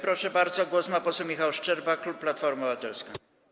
Proszę bardzo, głos ma poseł Michał Szczerba, klub Platforma Obywatelska.